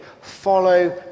follow